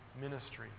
ministry